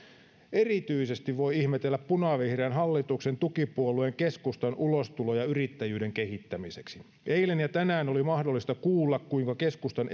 erityisesti voi ihmetellä punavihreän hallituksen tukipuolueen keskustan ulostuloja yrittäjyyden kehittämiseksi eilen ja tänään oli mahdollista kuulla kuinka keskustan